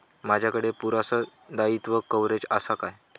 माजाकडे पुरासा दाईत्वा कव्हारेज असा काय?